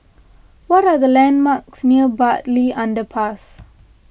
what are the landmarks near Bartley Underpass